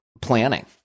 planning